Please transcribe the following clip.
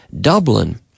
Dublin